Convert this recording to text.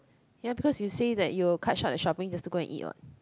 ya because you say that you'll cut short the shopping just to go and eat what